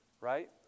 right